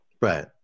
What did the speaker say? Right